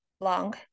long